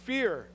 Fear